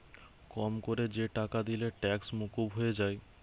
কম কোরে যে টাকা দিলে ট্যাক্স মুকুব হয়ে যায়